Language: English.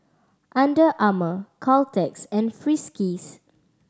Under Armour Caltex and Friskies